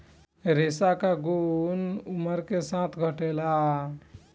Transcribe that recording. रेशा के गुन उमर के साथे घटेला